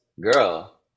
girl